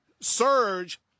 surge